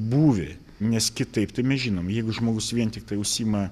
būvį nes kitaip tai mes žinom jeigu žmogus vien tiktai užsiima